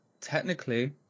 technically